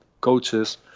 coaches